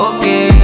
Okay